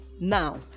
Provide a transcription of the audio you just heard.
Now